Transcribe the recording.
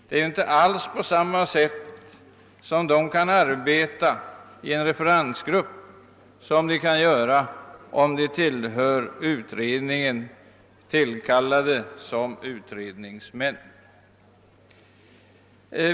De kan ju inte alls arbeta på samma sätt i en referensgrupp som om de vore tillkallade som utredningsmän.